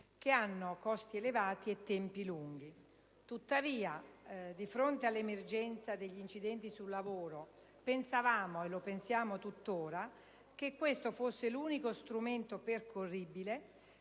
che hanno costi elevati e tempi lunghi. Tuttavia, di fronte all'emergenza degli incidenti sul lavoro, pensavamo - e lo pensiamo tuttora - che questo fosse l'unico strumento percorribile